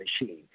machine